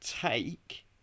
take